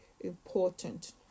important